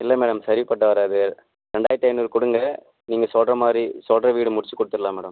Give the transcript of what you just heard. இல்லை மேடம் சரிப்பட்டு வராது ரெண்டாயிரத்தி ஐநூறு கொடுங்க நீங்கள் சொல்கிற மாதிரி சொல்கிற வீடு முடித்து கொடுத்துர்லாம் மேடம்